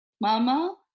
Mama